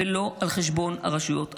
ולא על חשבון הרשויות המקומיות.